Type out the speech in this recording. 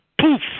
Poof